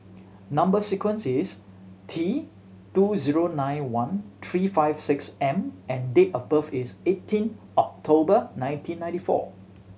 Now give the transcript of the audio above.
number sequence is T two zero nine one three five six M and date of birth is eighteen October nineteen ninety four